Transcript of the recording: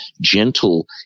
gentle